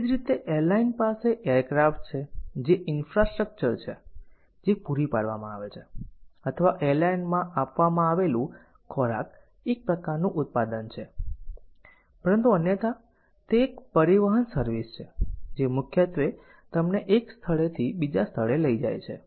એ જ રીતે એરલાઇન પાસે એરક્રાફ્ટ છે જે ઇન્ફ્રાસ્ટ્રક્ચર છે જે પૂરી પાડવામાં આવે છે અથવા એરલાઇન માં આપવામાં આવેલું ખોરાક એક પ્રકારનું ઉત્પાદન છે પરંતુ અન્યથા તે એક પરિવહન સર્વિસ છે જે મુખ્યત્વે તમને એક સ્થળથી બીજા સ્થળે લઈ જાય છે